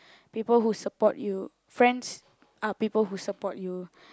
people who support you friends are people who support you